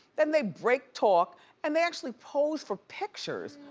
then they break talk and they actually pose for pictures.